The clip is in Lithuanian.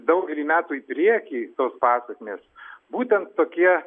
daugelį metų į priekį pasekmės būtent tokie